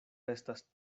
estas